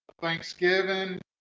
Thanksgiving